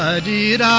ah did